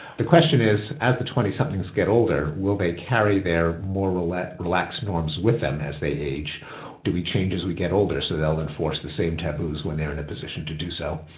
the question is, as the twenty somethings get older, will they carry their more relaxed relaxed norms with them, as they age do we change as we get older? so they'll enforce the same taboos when they're in a position to do so.